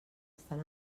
estan